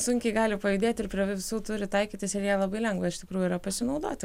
sunkiai gali pajudėti ir prie visų turi taikytis ir ja labai lengva iš tikrųjų yra pasinaudoti